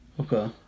Okay